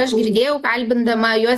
aš girdėjau kalbindama juos